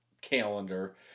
calendar